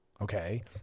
Okay